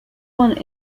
one